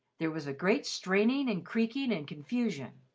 there was a great straining and creaking and confusion.